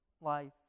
life